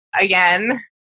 Again